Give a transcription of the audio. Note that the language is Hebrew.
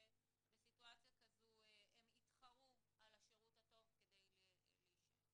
שבסיטואציה כזו הם יתחרו על השירות הטוב כדי להישאר.